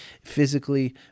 physically